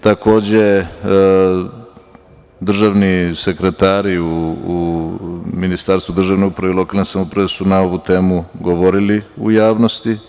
Takođe, državni sekretari u Ministarstvu državne uprave i lokalne samouprave su na ovu temu govorili u javnosti.